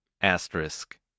asterisk